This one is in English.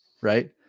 right